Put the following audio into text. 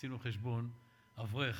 עשינו חשבון: אברך